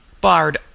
Bard